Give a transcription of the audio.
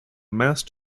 mast